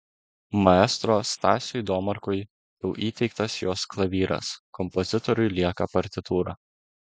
maestro stasiui domarkui jau įteiktas jos klavyras kompozitoriui lieka partitūra